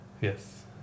Yes